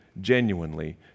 genuinely